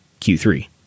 Q3